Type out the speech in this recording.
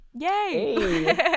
Yay